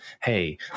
hey